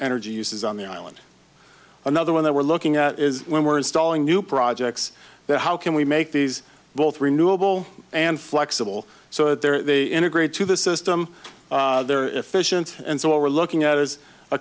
energy uses on the island another one that we're looking at is when we're installing new projects there how can we make these both renewable and flexible so that they're they integrate to the system they're efficient and so what we're looking at is a